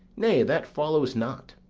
nay, that follows not.